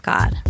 God